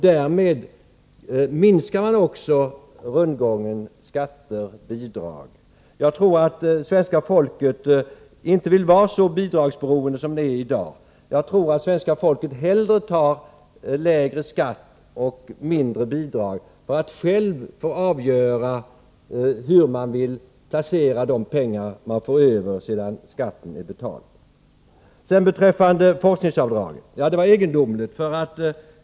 Därmed minskar man också rundgången skatter-bidrag. Jag tror att svenska folket inte vill vara så bidragsberoende som det är i dag. Jag tror att man hellre tar lägre skatt och mindre bidrag för att själv få avgöra hur man skall placera de pengar man får över sedan skatten är betald. Så till forskningsavdraget.